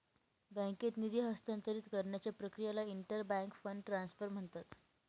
बँकेत निधी हस्तांतरित करण्याच्या प्रक्रियेला इंटर बँक फंड ट्रान्सफर म्हणतात